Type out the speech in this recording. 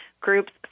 groups